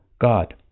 God